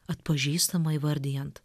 atpažįstama įvardijant